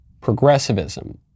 progressivism